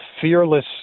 fearless